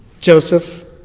Joseph